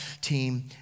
team